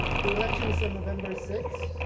the election is on november sixth.